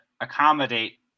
accommodate